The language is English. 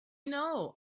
know